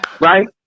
right